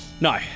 No